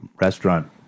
restaurant